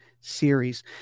series